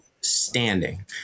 standing